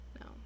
no